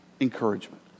Encouragement